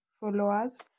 followers